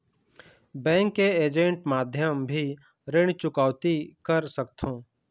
Bank के agent माध्यम भी ऋण चुकौती कर सकथों?